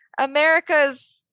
America's